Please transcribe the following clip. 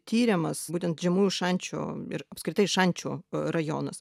tiriamas būtent žemųjų šančių ir apskritai šančių rajonas